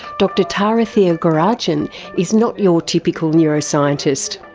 dr tara thiagarajan is not your typical neuroscientist.